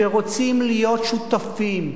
שרוצים להיות שותפים,